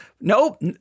nope